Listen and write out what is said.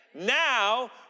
Now